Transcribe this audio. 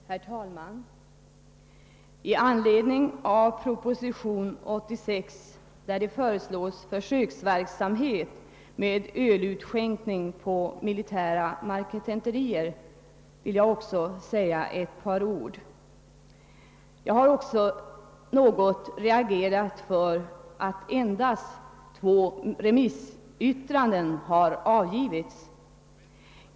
Herr talman! Jag vill säga ett par ord i anledning av proposition nr 86, där det föreslås försöksverksamhet med ölutskänkning på militära marketenterier. Också jag har reagerat för att endast två remissyttranden har avgivits.